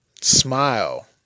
smile